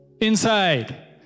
Inside